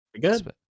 good